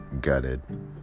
gutted